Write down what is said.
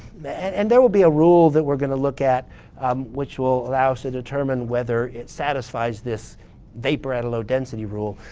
and and there will be a rule that we're going to look at which will allow us to determine whether it satisfies this vapor at a low density rule.